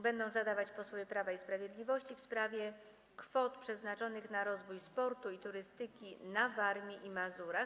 Będą je zadawać posłowie Prawa i Sprawiedliwości, w sprawie kwot przeznaczonych na rozwój sportu i turystyki na Warmii i Mazurach.